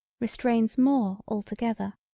restrains more altogether.